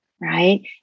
right